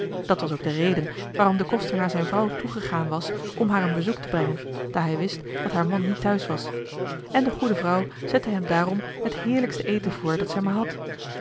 dat was ook de reden waarom de koster naar zijn vrouw toe gegaan was om haar een bezoek te brengen daar hij wist dat haar man niet thuis was en de goede vrouw zette hem daarom het heerlijkste eten voor dat zij maar had